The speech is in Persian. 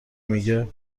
مگه